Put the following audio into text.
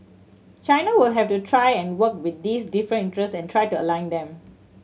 China will have to try and work with these different interests and try to align them